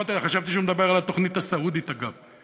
אני חשבתי שהוא מדבר על התוכנית הסעודית, אגב.